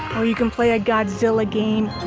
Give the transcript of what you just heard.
or you can play a godzilla game,